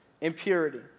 impurity